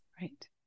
Right